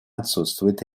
отсутствует